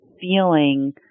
feeling